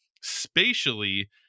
spatially